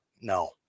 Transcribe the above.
No